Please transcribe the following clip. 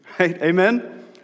Amen